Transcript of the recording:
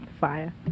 Fire